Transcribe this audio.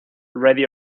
ready